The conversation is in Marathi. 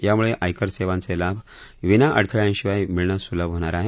याम्ळे आयकर सेवांचे लाभ विना अडथळयांशिवाय मिळणं सुलभ होणार आहे